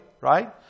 right